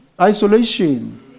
isolation